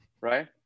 Right